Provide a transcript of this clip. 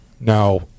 Now